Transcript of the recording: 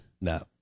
No